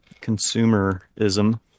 consumerism